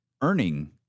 earning